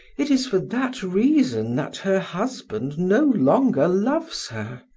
it is for that reason that her husband no longer loves her.